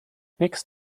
next